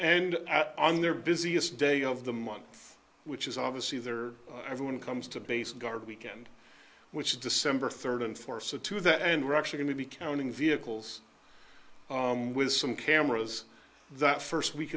at on their busiest day of the month which is obvious either everyone comes to base guard weekend which december third and four so to that end we're actually going to be counting vehicles with some cameras that first we